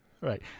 right